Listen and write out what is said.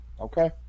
Okay